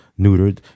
neutered